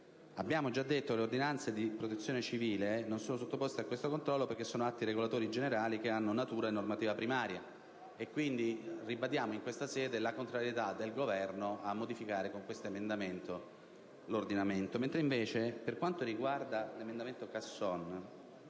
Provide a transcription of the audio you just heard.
Abbiamo già detto che le ordinanze di Protezione civile non sono sottoposte a questo controllo perché sono atti regolatori generali che hanno natura di normativa primaria. Ribadiamo pertanto in questa sede la contrarietà del Governo a modificare l'ordinamento con questo emendamento.